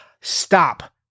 stop